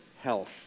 health